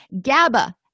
gaba